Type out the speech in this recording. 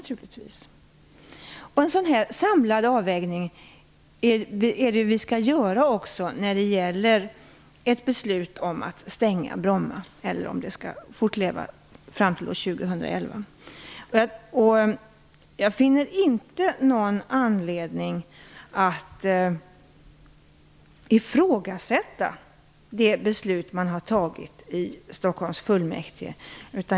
Det är en sådan samlad avvägning som vi skall göra när vi skall besluta om Jag finner ingen anledning att ifrågasätta det beslut som har fattats i Stockholms fullmäktige.